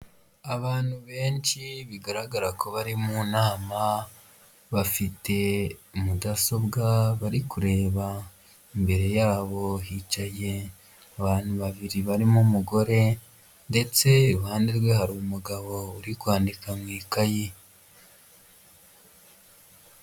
Abantu benshi bigaragara ko bari mu nama bafite mudasobwa bari kureba, imbere yabo hicaye abantu babiri barimo umugore ndetse iruhande rwe hari umugabo uri kwandika mu ikayi.